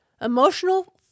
emotional